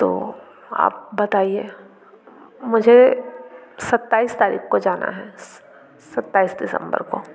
तो आप बताइए मुझे सत्ताईस तारीख को जाना है सत्ताईस दिसम्बर को